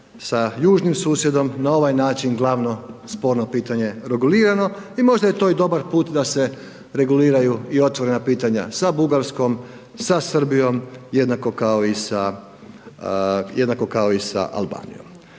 sa južnim susjedom na ovaj način glavno sporno pitanje regulirano i možda je to i dobar put da se reguliraju i otvorena pitanja sa Bugarskom, sa Srbijom jednako kao i sa, jednako